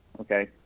okay